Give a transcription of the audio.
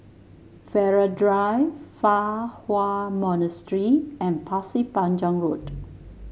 Farrer Drive Fa Hua Monastery and Pasir Panjang Road